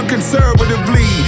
conservatively